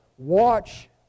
Watch